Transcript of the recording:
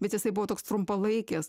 bet jisai buvo toks trumpalaikis